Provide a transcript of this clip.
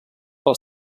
pel